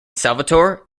salvatore